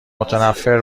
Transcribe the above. متنفر